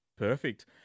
Perfect